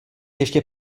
ještě